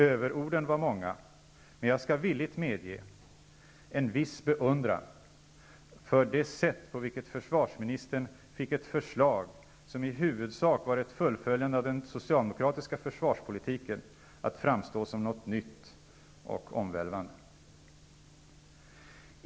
Överorden var många, men jag skall villigt medge en viss beundran för det sätt på vilket försvarsministern fick ett förslag som i huvudsak var ett fullföljande av den socialdemokratiska försvarspolitiken att framstå som något nytt och omvälvande.